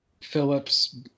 Phillips